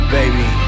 baby